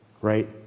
right